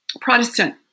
Protestant